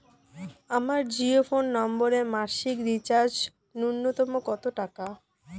আমার জিও ফোন নম্বরে মাসিক রিচার্জ নূন্যতম কত টাকা?